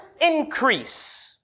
increase